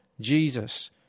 Jesus